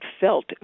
felt